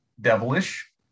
devilish